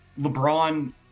LeBron